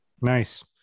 Nice